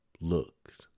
Looks